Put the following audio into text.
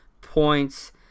points